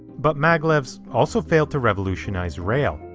but maglev's also failed to revolutionize rail.